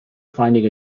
finding